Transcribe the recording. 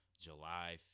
July